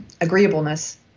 agreeableness